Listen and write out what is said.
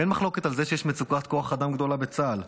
אין מחלוקת על זה שיש מצוקת כוח אדם גדולה בצה"ל.